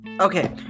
Okay